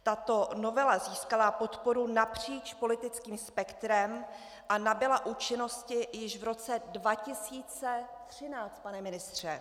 Tato novela získala podporu napříč politickým spektrem a nabyla účinnosti již v roce 2013, pane ministře.